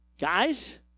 Guys